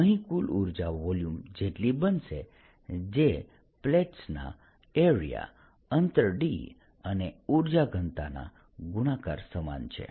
અહીં કુલ ઉર્જા વોલ્યુમ જેટલી બનશે જે પ્લેટ્સના એરિયા અંતર d અને ઉર્જા ઘનતાના ગુણાકાર સમાન છે